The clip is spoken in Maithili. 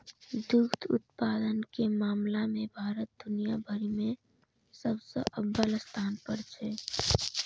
दुग्ध उत्पादन के मामला मे भारत दुनिया भरि मे सबसं अव्वल स्थान पर छै